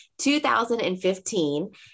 2015